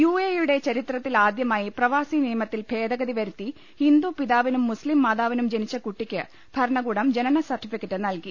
UAE യുടെ ചരിത്രത്തിലാദ്യമായി പ്രവാസി നിയമത്തിൽ ഭേദഗതി വരുത്തി ഹിന്ദു പിതാവിനും മുസ്ലിം മാത്യാവിനും ജനിച്ച കുട്ടിക്ക് ഭരണകൂടം ജനന സർട്ടിഫിക്കറ്റ് നൽകി